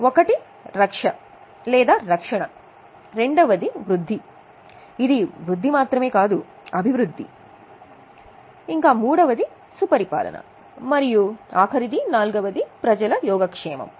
ఒకటి రక్ష లేదా రక్షణ రెండవది వృద్ది ఇది వృద్ధి మాత్రమే కాదు అభివృద్ధి సుపరిపాలన మరియు ప్రజల యోగక్షేమం